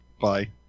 bye